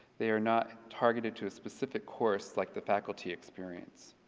they are not targeted to a specific course like the faculty experience.